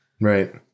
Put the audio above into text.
Right